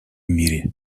мире